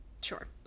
Sure